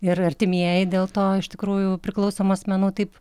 ir artimieji dėl to iš tikrųjų priklausomų asmenų taip